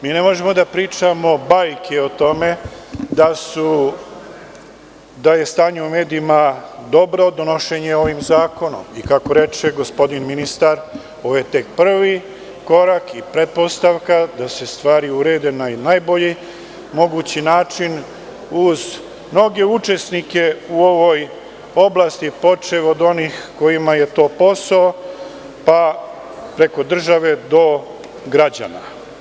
Mi ne možemo da pričamo bajke o tome da je stanje u medijima dobro donošenjem ovog zakona i, kako reče gospodin ministar, ovo je tek prvi korak i pretpostavka da se stvari urede na najbolji mogući način, uz mnoge učesnike u ovoj oblasti, počev od onih kojima je to posao, pa preko države, do građana.